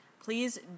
please